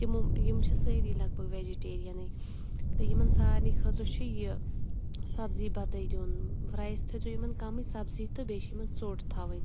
تِمو یِم چھِ سٲری لَگ بَگ ویٚجِٹیریَنٕے تہٕ یِمَن سارنٕے خٲطرٕ چھُ یہِ سَبزی بَتَے دیُن رایِس تھٲے زیٚو یِمَن کَمٕے سَبزی تہٕ بیٚیہِ چھِ یِمَن ژوٚٹ تھاوٕنۍ